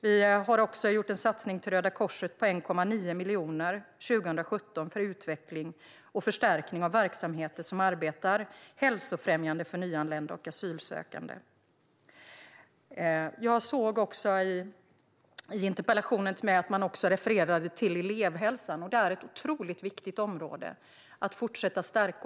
Vi har även gjort en satsning till Röda Korset på 1,9 miljoner 2017 för utveckling och förstärkning av verksamheter som arbetar hälsofrämjande för nyanlända och asylsökande. I interpellationen till mig refererar man också till elevhälsan. Det är ett otroligt viktigt område att fortsätta stärka.